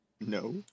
No